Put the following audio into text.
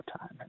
time